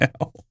now